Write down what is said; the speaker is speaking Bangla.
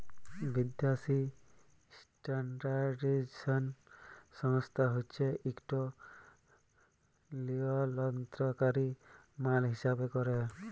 বিদ্যাসি ইস্ট্যাল্ডার্ডাইজেশল সংস্থা হছে ইকট লিয়লত্রলকারি মাল হিঁসাব ক্যরে